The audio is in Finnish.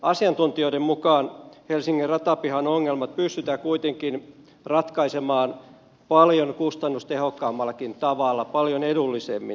asiantuntijoiden mukaan helsingin ratapihan ongelmat pystytään kuitenkin ratkaisemaan paljon kustannustehokkaammallakin tavalla paljon edullisemmin